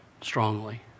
strongly